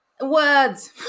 words